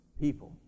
people